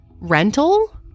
Rental